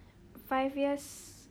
five years